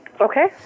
Okay